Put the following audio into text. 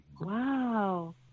Wow